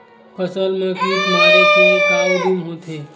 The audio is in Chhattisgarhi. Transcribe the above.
फसल मा कीट मारे के का उदिम होथे?